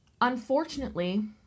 Unfortunately